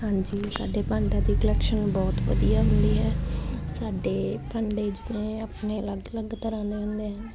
ਹਾਂਜੀ ਸਾਡੇ ਭਾਂਡਿਆਂ ਦੀ ਕਲੈਕਸ਼ਨ ਬਹੁਤ ਵਧੀਆ ਮਿਲੀ ਹੈ ਸਾਡੇ ਭਾਂਡੇ ਜਿਵੇਂ ਆਪਣੇ ਅਲੱਗ ਅਲੱਗ ਤਰ੍ਹਾਂ ਦੇ ਹੁੰਦੇ ਆ